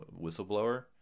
whistleblower